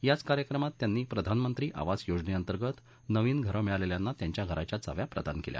याच कार्यक्रमात त्यांनी प्रधानमंत्री आवास योजनेतंर्गत नवीन घर मिळालेल्यांना त्यांच्या घराच्या चाव्या प्रदान केल्या